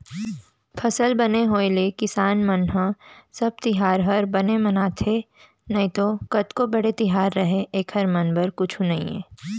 फसल बने होय ले किसान मन ह सब तिहार हर बने मनाथे नइतो कतको बड़े तिहार रहय एकर मन बर कुछु नइये